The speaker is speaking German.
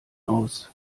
aus